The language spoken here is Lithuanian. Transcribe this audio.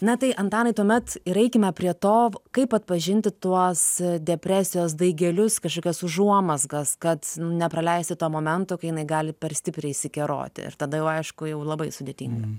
na tai antanai tuomet ir eikime prie to kaip atpažinti tuos depresijos daigelius kažkokias užuomazgas kad nepraleisti to momento kai jinai gali per stipriai išsikeroti ir tada jau aišku jau labai sudėtinga